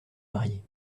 marié